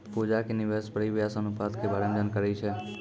पूजा के निवेश परिव्यास अनुपात के बारे मे जानकारी छै